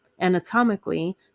Anatomically